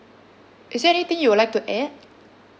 is there anything you would like to add